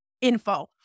info